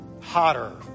hotter